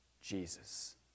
Jesus